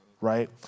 right